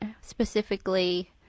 specifically